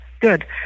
Good